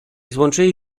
złączyli